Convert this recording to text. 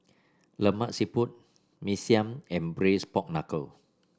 Lemak Siput Mee Siam and Braised Pork Knuckle